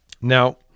Now